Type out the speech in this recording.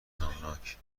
غمناک